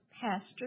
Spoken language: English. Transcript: Pastor